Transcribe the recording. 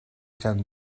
can